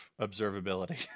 observability